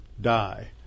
die